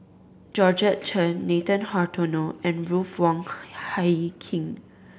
Georgette Chen Nathan Hartono and Ruth Wong Hie King